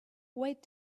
wait